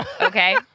Okay